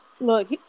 look